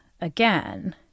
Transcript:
again